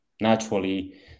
naturally